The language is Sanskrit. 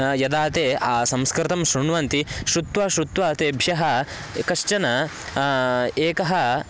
यदा ते संस्कृतं शृण्वन्ति श्रुत्वा श्रुत्वा तेभ्यः कश्चन एकः